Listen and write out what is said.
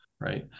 right